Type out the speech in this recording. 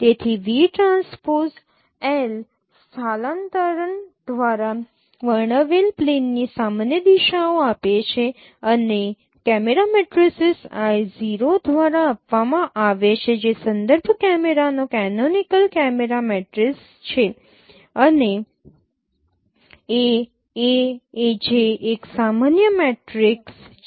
તેથી સ્થાનાંતરણ દ્વારા વર્ણવેલ પ્લેનની સામાન્ય દિશાઓ આપે છે અને કેમેરા મેટ્રિસીસ I | 0 દ્વારા આપવામાં આવે છે જે સંદર્ભ કેમેરાનો કેનોનિકલ કેમેરા મેટ્રિક્સ છે અને A|a જે એક સામાન્ય કેમેરા મેટ્રિક્સ છે